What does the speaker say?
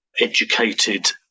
educated